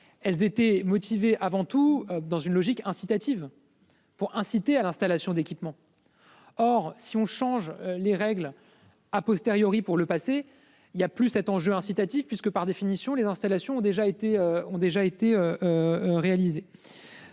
elles étaient motivées avant tout dans une logique incitative pour inciter à l'installation d'équipements. Or si on change les règles a posteriori pour le passer, il y a plus cet enjeu incitatif puisque par définition les installations ont déjà été ont déjà